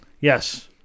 yes